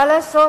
מה לעשות?